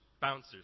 bouncers